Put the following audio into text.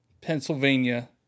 Pennsylvania